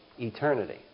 eternity